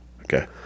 Okay